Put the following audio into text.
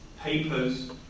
papers